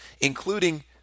including